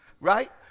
Right